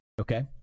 okay